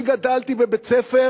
אני גדלתי בבית-ספר